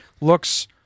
looks